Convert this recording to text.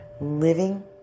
living